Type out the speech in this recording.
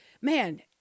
man